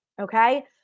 Okay